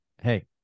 hey